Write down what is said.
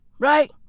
Right